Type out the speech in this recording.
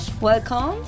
Welcome